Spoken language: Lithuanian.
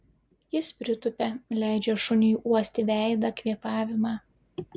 jis pritupia leidžia šuniui uosti veidą kvėpavimą